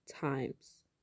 times